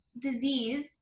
disease